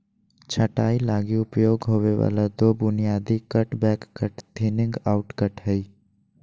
छंटाई लगी उपयोग होबे वाला दो बुनियादी cut back cut, thinning out cut हइ